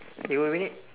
eight more minute